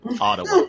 Ottawa